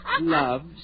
Loves